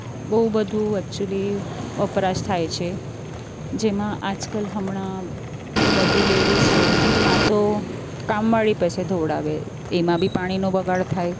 બહુ બધુ એક્ચુલી વપરાશ થાય છે જેમાં આજકાલ હમણાં બધી લેડિસો કા તો કામવાળી પાસે ધોવડાવે એમાં બી પાણીનો બગાડ થાય